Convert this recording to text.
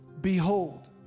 Behold